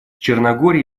черногории